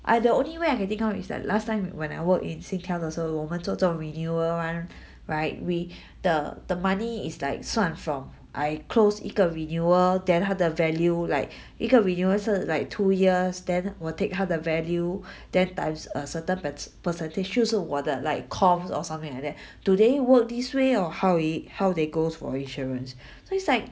I the only way I can think of it's like last time when I work in Singtel 的时候我们做这种 renewal [one] right we the the money is like 算 from I close 一个 renewal then 它的 value like 一个 renewal 是 like two years then will take 它的 value then times a certain perce~ percentage 就是我的 like comms or something like that do they work this way or how it how they goes for the insurance so its like